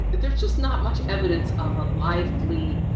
there's just not much evidence of a lively,